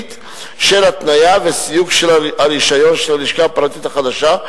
מידתית של התניה וסיוג הרשיון של הלשכה הפרטית החדשה,